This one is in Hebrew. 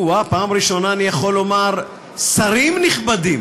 או-אה, פעם ראשונה אני יכול לומר: שרים נכבדים.